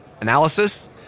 analysis